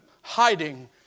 hiding